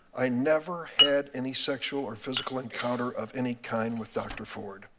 i never had any sexual or physical encounter of any kind with dr. ford.